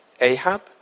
Ahab